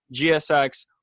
GSX